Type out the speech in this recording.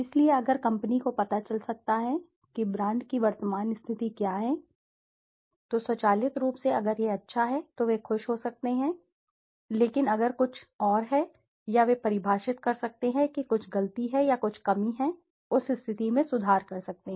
इसलिए अगर कंपनी को पता चल सकता है कि ब्रांड की वर्तमान स्थिति क्या है तो स्वचालित रूप से अगर यह अच्छा है तो वे खुश हो सकते हैं लेकिन अगर कुछ और है या वे परिभाषित कर सकते हैं कि कुछ गलती है या कुछ कमी है उस स्थिति में सुधार कर सकते हैं